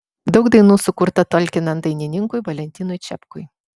daug dainų sukurta talkinant dainininkui valentinui čepkui